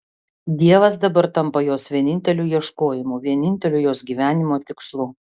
dievas dabar tampa jos vieninteliu ieškojimu vieninteliu jos gyvenimo tikslu